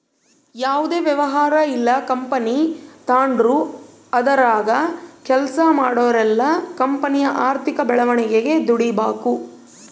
ಯಾವುದೇ ವ್ಯವಹಾರ ಇಲ್ಲ ಕಂಪನಿ ತಾಂಡ್ರು ಅದರಾಗ ಕೆಲ್ಸ ಮಾಡೋರೆಲ್ಲ ಕಂಪನಿಯ ಆರ್ಥಿಕ ಬೆಳವಣಿಗೆಗೆ ದುಡಿಬಕು